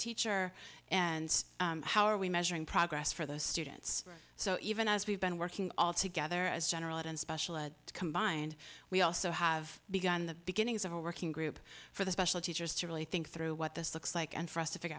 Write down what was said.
teacher and how are we measuring progress for those students so even as we've been working all together as general and special ed combined we also have begun the beginnings of a working group for the special teachers to really think through what this looks like and for us to figure